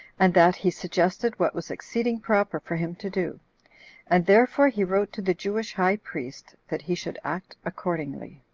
and that he suggested what was exceeding proper for him to do and therefore he wrote to the jewish high priest, that he should act accordingly.